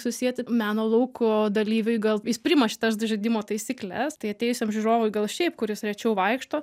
susieti meno lauko dalyviui gal jis priima šitas žaidimo taisykles tai atėjusiam žiūrovui gal šiaip kuris rečiau vaikšto